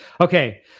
Okay